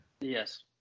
Yes